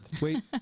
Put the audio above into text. Wait